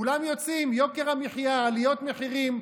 כולם יוצאים, יוקר המחיה, עליות מחירים.